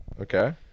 Okay